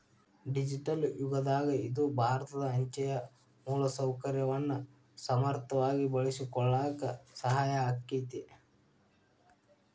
digital ಯುಗದಾಗ ಇದು ಭಾರತ ಅಂಚೆಯ ಮೂಲಸೌಕರ್ಯವನ್ನ ಸಮರ್ಥವಾಗಿ ಬಳಸಿಕೊಳ್ಳಾಕ ಸಹಾಯ ಆಕ್ಕೆತಿ